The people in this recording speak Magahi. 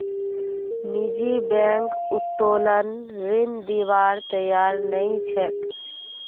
निजी बैंक उत्तोलन ऋण दिबार तैयार नइ छेक